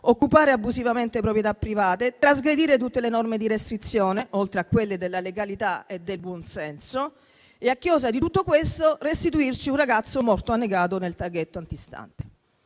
occupare abusivamente proprietà private, trasgredire tutte le norme di restrizione, oltre a quelle della legalità e del buonsenso, e, a chiosa di tutto questo, restituirci un ragazzo morto annegato nel laghetto antistante.